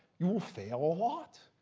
you will fail a lot.